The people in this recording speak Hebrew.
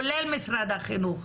כולל משרד החינוך,